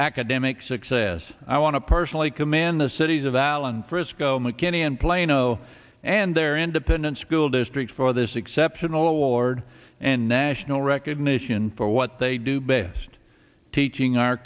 academic success i want to personally command the cities of allen frisk o mckinney and plano and their independent school district for this exceptional award and national recognition for what they do best teaching our